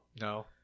no